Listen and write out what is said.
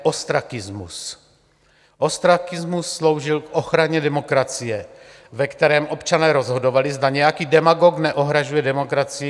Ostrakismus sloužil k ochraně demokracie, ve kterém občané rozhodovali, zda nějaký demagog neohrožuje demokracii.